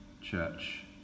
church